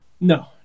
No